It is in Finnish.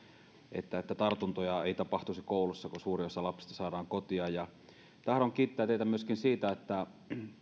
että että tartuntoja ei tapahtuisi koulussa kun suurin osa lapsista saadaan kotiin tahdon kiittää teitä myöskin siitä että